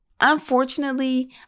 unfortunately